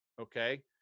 Okay